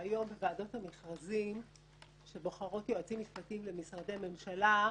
שהיום בוועדות המכרזים שבוחרות יועצים משפטיים למשרדי ממשלה,